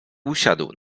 usiadł